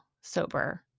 sober